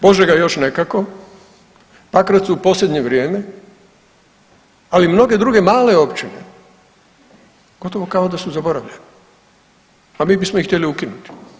Požega još nekako, Pakrac u posljednje vrijeme, ali mnoge druge male općine gotovo kao da su zaboravljene, a mi bismo ih htjeli ukinuti.